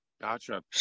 gotcha